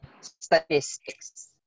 statistics